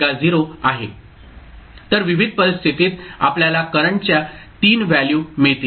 तर विविध परिस्थितीत आपल्याला करंटच्या 3 व्हॅल्यू मिळतील